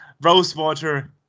Rosewater